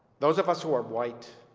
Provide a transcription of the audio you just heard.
those of us who are white